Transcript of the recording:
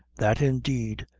that, indeed,